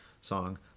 song